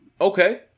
Okay